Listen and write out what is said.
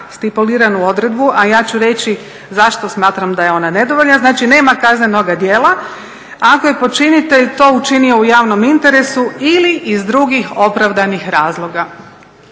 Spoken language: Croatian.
stipuliranu odredbu, a ja ću reći zašto smatram da je ona nedovoljna. Znači, nema kaznenoga djela. Ako je počinitelj to učinio u javnom interesu ili iz drugih opravdanih razloga.